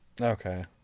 Okay